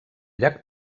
llac